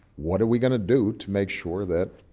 what are we going to do to make sure that